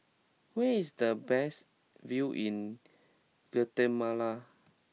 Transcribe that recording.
where is the best view in Guatemala